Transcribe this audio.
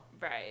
Right